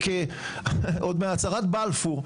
עוד מהצהרת בלפור,